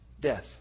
death